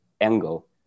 angle